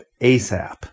ASAP